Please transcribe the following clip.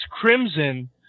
Crimson